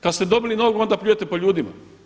Kada ste dobili nogu onda pljujete po ljudima.